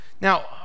now